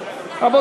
ואחריו,